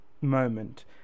moment